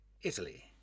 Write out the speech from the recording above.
Italy